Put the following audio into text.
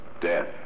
death